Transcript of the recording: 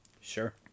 Sure